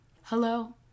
hello